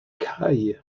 cae